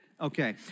Okay